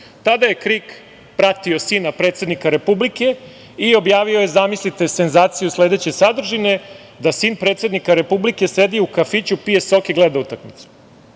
Tada je KRIK pratio sina predsednika Republike i objavio je, zamislite, senzaciju sledeće sadržine da sin predsednika Republike sedi u kafiću, pije sok i gleda utakmicu. Baš